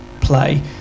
play